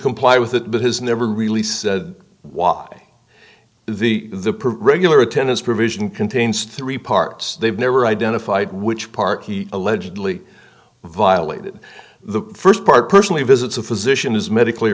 comply with it but has never really said why the regular attendance provision contains three parts they've never identified which part he allegedly violated the st part personally visits a physician is medically